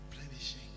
Replenishing